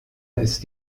ist